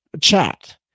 chat